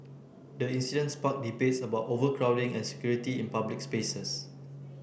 the incident sparked debates about overcrowding and security in public spaces